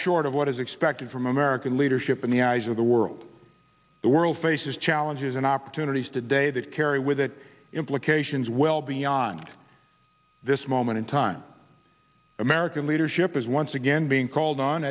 short of what is expected from american leadership in the eyes of the world the world faces challenges and opportunities today that carry with it implications well beyond this moment in time american leadership is once again being called on